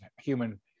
human